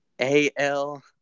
A-L-